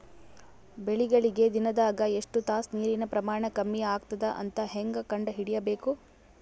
ಬೆಳಿಗಳಿಗೆ ದಿನದಾಗ ಎಷ್ಟು ತಾಸ ನೀರಿನ ಪ್ರಮಾಣ ಕಮ್ಮಿ ಆಗತದ ಅಂತ ಹೇಂಗ ಕಂಡ ಹಿಡಿಯಬೇಕು?